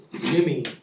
Jimmy